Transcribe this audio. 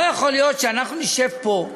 לא יכול להיות שאנחנו נשב פה,